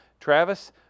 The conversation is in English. Travis